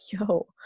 yo